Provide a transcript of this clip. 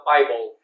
Bible